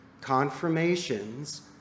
confirmations